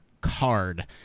card